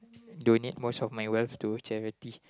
donate most of my wealth to charity